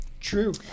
True